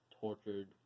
tortured